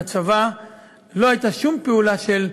מטעם הצבא לא הייתה שום פעולה של כפייה.